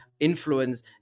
influence